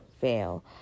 fail